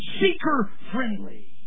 seeker-friendly